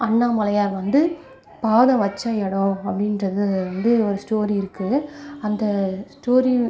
அண்ணாமலையார் வந்து பாதம் வைச்ச இடம் அப்படின்றது வந்து ஒரு ஸ்டோரி இருக்குது அந்த ஸ்டோரி